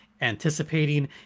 anticipating